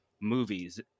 movies